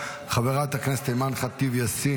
חברת הכנסת אימאן ח'טיב יאסין,